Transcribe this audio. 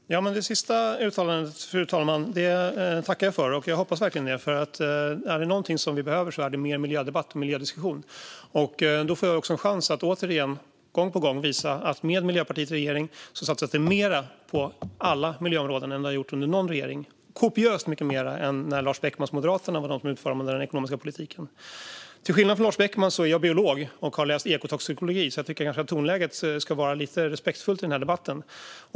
Fru talman! Det sista uttalandet tackar jag för. Jag hoppas verkligen det, för är det något vi behöver är det mer miljödebatt och miljödiskussion. Då får jag också en chans att återigen, gång på gång, visa att med Miljöpartiet i regeringen satsas det mer på alla miljöområden än det satsats under någon tidigare regering - kopiöst mycket mer än när Lars Beckmans Moderaterna var de som utformade den ekonomiska politiken. Till skillnad från Lars Beckman är jag biolog och har läst ekotoxikologi, så jag tycker att tonläget kanske ska vara lite mer respektfullt i den här debatten.